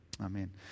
Amen